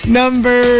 number